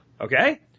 okay